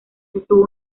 sostuvo